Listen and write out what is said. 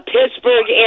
Pittsburgh